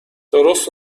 درست